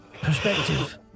perspective